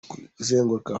kuzenguruka